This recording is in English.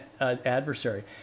adversary